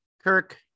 Kirk